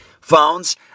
phones